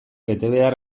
betebehar